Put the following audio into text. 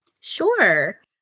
Sure